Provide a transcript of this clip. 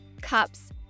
cups